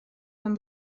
pen